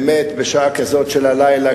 באמת בשעה כזאת של הלילה,